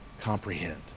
comprehend